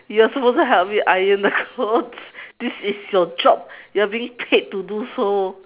you are supposed to help me iron the clothes this is your job you are being paid to do so